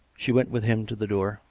she went with him to the door,